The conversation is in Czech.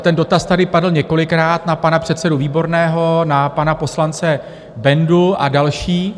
Ten dotaz tady padl několikrát na pana předsedu Výborného, na pana poslance Bendu a další.